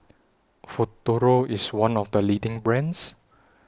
Futuro IS one of The leading brands